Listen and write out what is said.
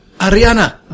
Ariana